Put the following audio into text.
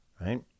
right